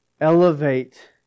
elevate